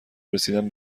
رسیدن